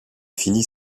finit